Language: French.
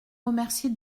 remercier